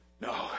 No